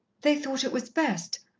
they thought it was best.